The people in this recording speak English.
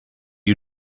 you